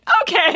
okay